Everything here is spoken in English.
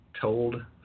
told